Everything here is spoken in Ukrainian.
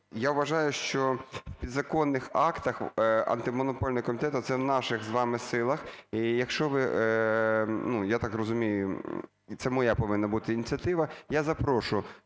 я вважаю, що в підзаконних актах Антимонопольний комітет, це в наших з вами силах, і якщо ви, ну, я так розумію, це моя повинна бути ініціатива, я запрошу